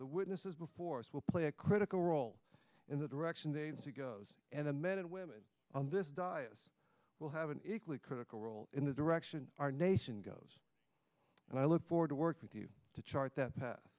the witnesses before us will play a critical role in the direction they see goes and the men and women of this diocese will have an equally critical role in the direction our nation goes and i look forward to work with you to chart that p